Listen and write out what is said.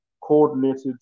coordinated